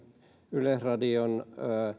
yleisradion